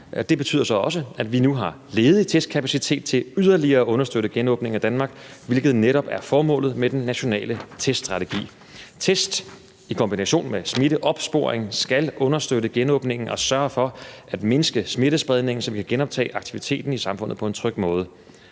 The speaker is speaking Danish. Det betyder så også, at vi nu har ledig testkapacitet til yderligere at understøtte genåbningen af Danmark, hvilket netop er formålet med den nationale teststrategi. Test i kombination med smitteopsporing skal understøtte genåbningen og sørge for at mindske smittespredningen, så vi kan genoptage aktiviteten i samfundet på en tryg måde.